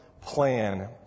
plan